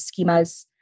schemas